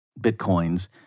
Bitcoin's